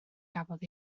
gafodd